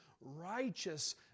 righteous